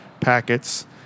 packets